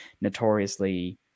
notoriously